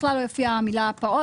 בכלל לא תופיע המילה "פעוט",